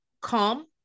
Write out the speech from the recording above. calm